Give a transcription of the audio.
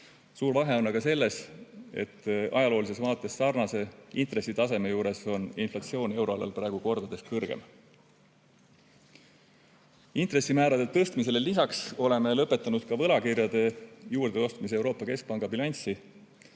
Suur vahe on aga selles, et ajaloolises vaates sarnase intressitaseme juures on inflatsioon euroalal praegu kordades kõrgem. Intressimäärade tõstmisele lisaks oleme lõpetanud ka võlakirjade juurdeostmise Euroopa Keskpanga bilanssi.